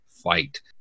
fight